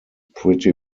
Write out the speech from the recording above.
pretty